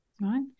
Right